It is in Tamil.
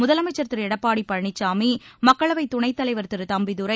முதலமைச்சர் திரு எடப்பாடி பழனிசாமி மக்களவை துணைத் தலைவர் திரு தம்பிதுதுரை